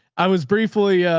i was briefly,